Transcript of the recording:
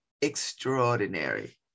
extraordinary